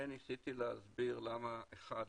ניסיתי להתנצל למה אני